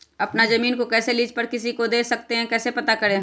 अपना जमीन को कैसे लीज पर किसी को दे सकते है कैसे पता करें?